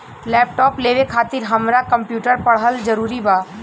Laptop लेवे खातिर हमरा कम्प्युटर पढ़ल जरूरी बा?